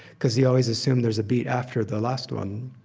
because you always assume there's a beat after the last one.